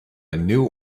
new